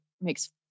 makes